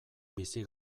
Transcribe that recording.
bizi